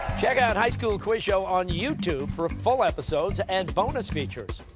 check out high school quiz show on youtube for full episodes and bonus features.